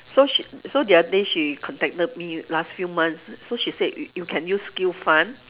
so sh~ so the other day she contacted me last few months so she said you you can use skill fund